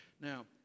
Now